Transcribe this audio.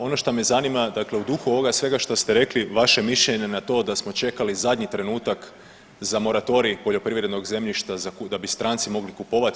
Ono što me zanima, dakle u duhu ovoga svega što ste rekli vaše mišljenje na to da smo čekali zadnji trenutak za moratorij poljoprivrednog zemljišta, da bi stranci mogli kupovati.